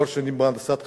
תואר שני בהנדסת חשמל,